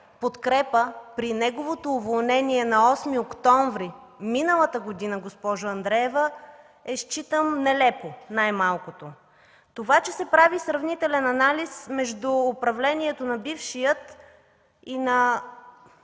подкрепа при неговото уволнение на 8 октомври миналата година, госпожо Андреева, е считам нелепо, най-малкото. Това, че се прави сравнителен анализ между управлението на бившия и на